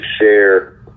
share